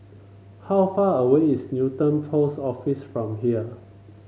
how far away is Newton Post Office from here